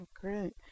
great